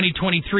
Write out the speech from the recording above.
2023